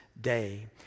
day